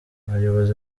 abayobozi